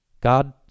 God